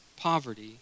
poverty